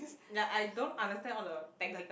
ya I don't understand all the technical